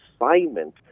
assignment